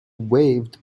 waived